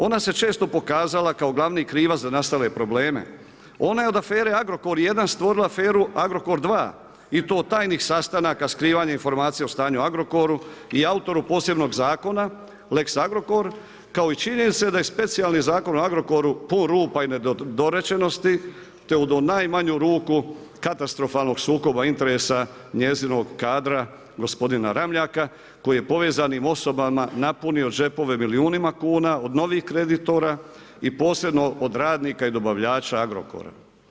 Ona se često pokazala kao glavni krivac za nastale probleme, ona je od afere Agrokor jedan stvorila aferu Agrokor dva i to tajnih sastanaka, skrivanja informacija o stanju u Agrokoru i autoru posebnog zakona lex Agrokor kao i činjenica da je specijalni Zakon o Agrokoru pun rupa i nedorečenosti, te u da u najmanju ruku katastrofalnog sukoba interesa njezinog kadra gospodina Ramljaka koji je povezanim osobama napunio džepove milijunima kuna od novih kreditora i posebno od radnika i dobavljača Agrokora.